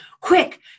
quick